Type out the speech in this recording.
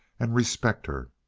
and respect her.